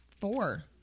four